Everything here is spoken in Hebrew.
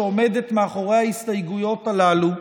שעומדת מאחורי ההסתייגויות הללו,